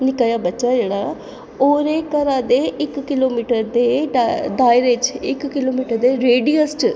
निक्का बच्चा ऐ जेह्ड़ा ओह्दे घरै दे इक्क किलोमीटर दे दायरे च इक्क किलोमीटर दे रेडियस च